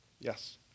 yes